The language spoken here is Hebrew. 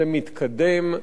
זה מתקדם,